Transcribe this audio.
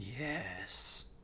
Yes